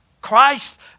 Christ